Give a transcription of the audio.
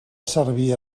servir